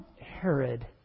Herod